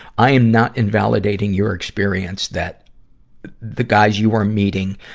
i am not invalidating your experience that the guys you are meeting,